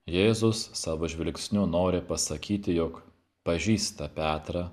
jėzus savo žvilgsniu nori pasakyti jog pažįsta petrą